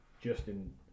Justin